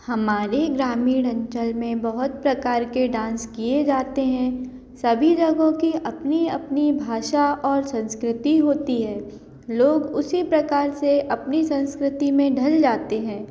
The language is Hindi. हमारे ग्रामीण अंचल में बहुत प्रकार के डांस किए जाते हैं सभी जगहों की अपनी अपनी भाषा और संस्कृति होती है लोग उसी प्रकार से अपनी संस्कृति में ढल जाते हैं